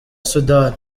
sudani